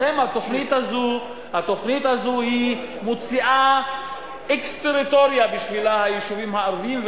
לכן התוכנית הזו מוציאה כאקסטריטוריה את היישובים הערביים,